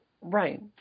Right